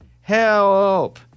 Help